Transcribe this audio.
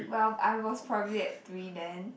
well I was probably at three then